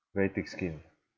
very thick skin